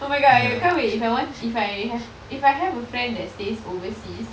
oh my god I can't wait if I want if I have if I have a friend that stays overseas